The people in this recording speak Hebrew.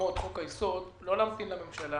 התאמות חוק-היסוד לא להמתין לממשלה